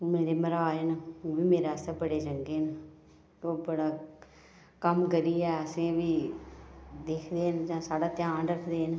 मेरे महाराज न उब्बी मेरे आस्तै बड़े चंगे न ओह् बड़ा कम्म करियै असेंगी बी दिखदे न जां साढ़ा ध्यान रखदे न